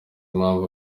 impamvu